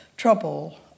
Trouble